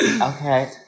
Okay